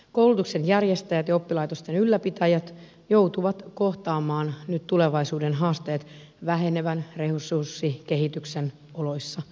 koulutusten järjestäjät ja oppilaitosten ylläpitäjät joutuvat kohtaamaan nyt tulevaisuuden haasteet vähenevän resurssikehityksen oloissa